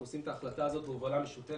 אנחנו עושים את ההחלטה הזאת בהובלה משותפת